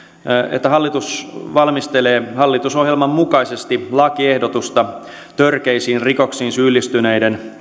hallitus valmistelee hallitusohjelman mukaisesti lakiehdotusta törkeisiin rikoksiin syyllistyneiden